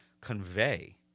convey